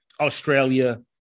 Australia